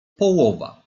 połowa